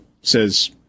says